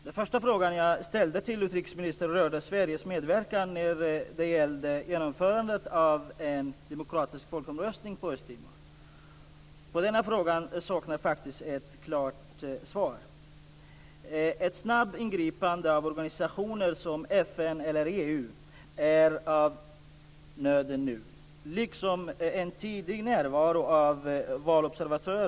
Min första fråga till utrikesministern rörde Sveriges medverkan när det gäller genomförandet av en demokratisk folkomröstning på Östtimor. På den frågan saknas ett klart svar. Ett snabbt ingripande av organisationer som FN eller EU är nu av nöden, liksom en tidig närvaro av valobservatörer.